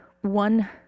one